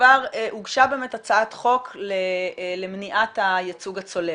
כבר הוגשה באמת הצעת חוק למניעת הייצוג הצולב.